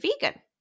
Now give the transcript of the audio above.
vegan